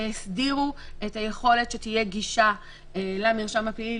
שהסדירו את היכולת שתהיה גישה למרשם הפלילי,